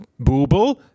Booble